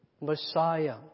Messiah